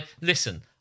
Listen